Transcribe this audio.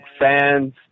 fans